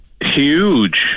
Huge